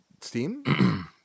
Steam